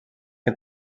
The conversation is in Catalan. que